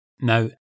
Now